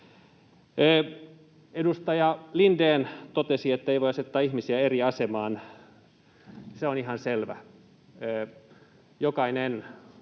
Edustaja Lindén totesi, ettei voi asettaa ihmisiä eri asemaan. Se on ihan selvä. Jokainen